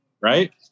right